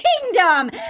kingdom